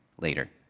later